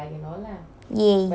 !yay!